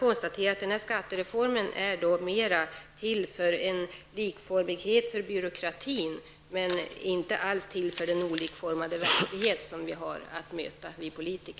Denna skattereform är mer till för att skapa en likformighet för byråkratin men inte alls till för den olikformade verklighet som vi politiker har att möta.